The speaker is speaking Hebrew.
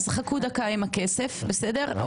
חכו דקה עם הכסף, בסדר?